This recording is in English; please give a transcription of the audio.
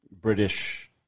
British